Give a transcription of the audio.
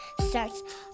starts